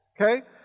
okay